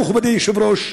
מכובדי היושב-ראש,